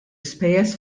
ispejjeż